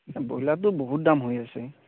ব্ৰইলাৰটো বহুত দাম হৈ আছে